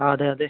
ആ അതെ അതെ